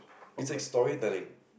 it's like storytelling